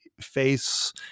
face